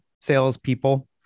salespeople